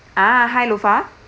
ah hi lofa